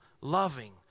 loving